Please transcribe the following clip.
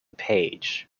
page